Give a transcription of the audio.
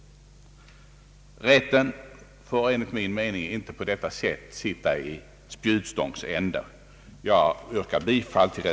Rätten får enligt min mening inte på detta vis sitta i spjutstångs ände.